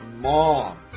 mom